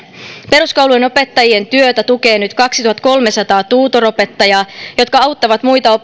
peruskoulunopettajien työtä tukee nyt kaksituhattakolmesataa tutoropettajaa jotka auttavat muita